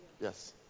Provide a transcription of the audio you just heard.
Yes